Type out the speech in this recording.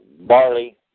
barley